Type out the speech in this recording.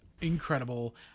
incredible